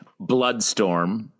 Bloodstorm